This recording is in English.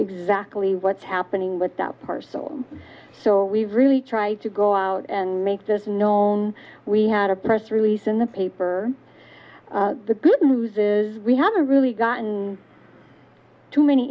exactly what's happening with that parcel so we really try to go out and make there's no we had a press release in the paper the good news is we haven't really gotten too many